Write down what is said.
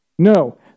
No